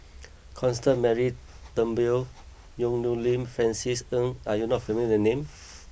Constance Mary Turnbull Yong Nyuk Lin Francis Ng are you not familiar the names